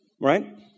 right